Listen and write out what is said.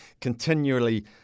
continually